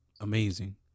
Amazing